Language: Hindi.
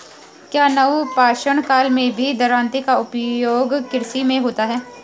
क्या नवपाषाण काल में भी दरांती का उपयोग कृषि में होता था?